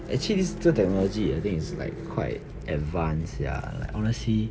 actually this 这 technology I think is like quite advanced ya like honestly